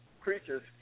creatures